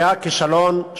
היה כישלון.